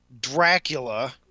Dracula